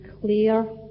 clear